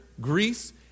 Greece